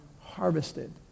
harvested